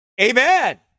Amen